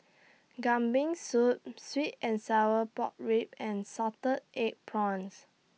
Kambing Soup Sweet and Sour Pork Ribs and Salted Egg Prawns